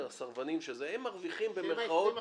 שהם ה-20%.